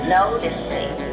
noticing